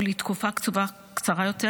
או לתקופה קצובה קצרה יותר,